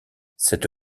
cette